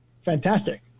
Fantastic